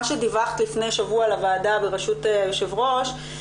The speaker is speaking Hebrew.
מה שדיווחת לפני שבוע לוועדה בראשות היו"ר,